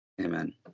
amen